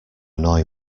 annoy